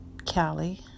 Cali